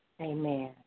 Amen